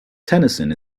tennyson